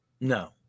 No